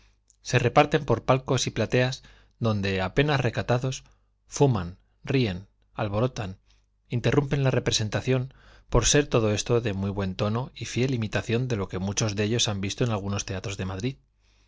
se reparten por palcos y plateas donde apenas recatados fuman ríen alborotan interrumpen la representación por ser todo esto de muy buen tono y fiel imitación de lo que muchos de ellos han visto en algunos teatros de madrid